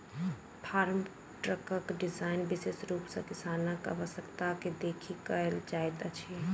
farm ट्रकक design विशेष रूप सॅ किसानक आवश्यकता के देखि कयल जाइत अछि